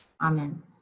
Amen